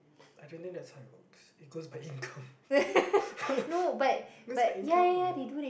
I don't think that's how it works it goes by income that's by income what